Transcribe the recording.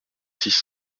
six